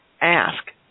ask